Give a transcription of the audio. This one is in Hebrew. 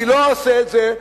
אני לא אעשה את זה,